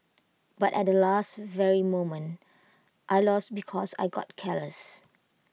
but at last very moment I lost because I got careless